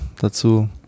dazu